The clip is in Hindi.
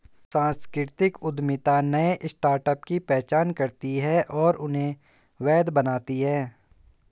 सांस्कृतिक उद्यमिता नए स्टार्टअप की पहचान करती है और उन्हें वैध बनाती है